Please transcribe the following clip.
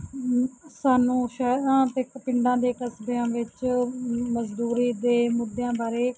ਸਾਨੂੰ ਸ਼ਹਿਰਾਂ ਅਤੇ ਪਿੰਡਾਂ ਦੇ ਕਸਬਿਆਂ ਵਿੱਚ ਮਜ਼ਦੂਰੀ ਦੇ ਮੁੱਦਿਆਂ ਬਾਰੇ